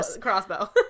crossbow